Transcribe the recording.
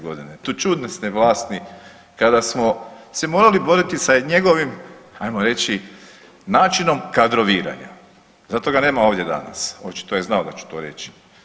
Godine, te čudesne vlasti kada smo se morali boriti sa njegovim hajmo reći načinom kadroviranja zato ga nema ovdje danas, očito je znao da ću to reći.